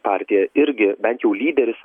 partija irgi bent jau lyderis